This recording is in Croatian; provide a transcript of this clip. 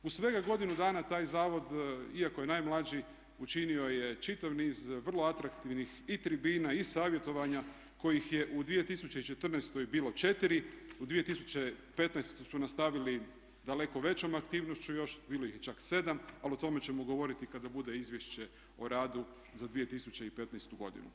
U svega godinu dana taj zavod iako je najmlađi učinio je čitav niz vrlo atraktivnih i tribina i savjetovanja kojih je u 2014. bilo 4, u 2015. su nastavili daleko većom aktivnošću još, bilo ih je čak 7, ali o tome ćemo govoriti kada bude izvješće o radu za 2015. godinu.